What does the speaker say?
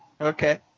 Okay